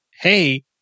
hey